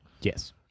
Yes